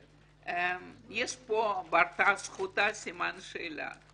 יש פה בהרתעה --- סימן שאלה.